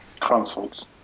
consoles